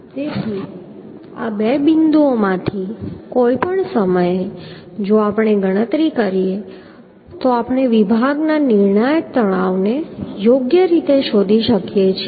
તેથી આ બે બિંદુઓમાંથી કોઈપણ સમયે જો આપણે ગણતરી કરીએ તો આપણે વિભાગના નિર્ણાયક તણાવને યોગ્ય રીતે શોધી શકીએ છીએ